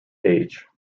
age